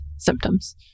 symptoms